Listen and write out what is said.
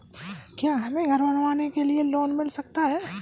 क्या हमें घर बनवाने के लिए लोन मिल सकता है?